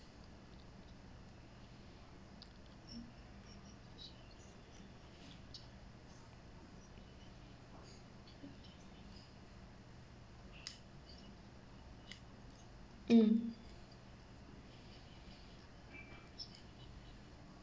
mm